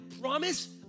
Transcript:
promise